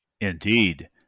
Indeed